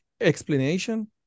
explanation